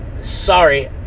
Sorry